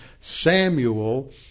Samuel